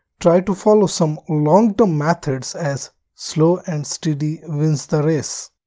try to follow some long-term methods as slow and steady wins the race.